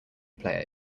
player